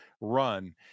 run